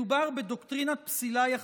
מדובר בדוקטרינת פסילה יחסית,